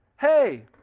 Hey